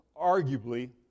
arguably